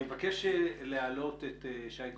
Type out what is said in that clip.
אני מבקש להעלות את שי גורטלר,